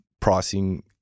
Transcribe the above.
pricing